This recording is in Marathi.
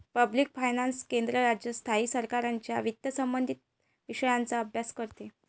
पब्लिक फायनान्स केंद्र, राज्य, स्थायी सरकारांच्या वित्तसंबंधित विषयांचा अभ्यास करते